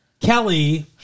Kelly